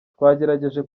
twagerageje